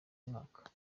mwaka